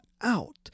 out